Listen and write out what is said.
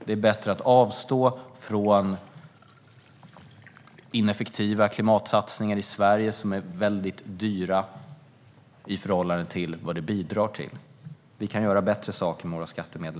Det är bättre att avstå från ineffektiva klimatsatsningar i Sverige, som är väldigt dyra i förhållande till vad de bidrar med. Vi kan göra bättre saker än så med våra skattemedel.